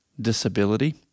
disability